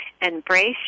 Embrace